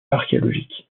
archéologiques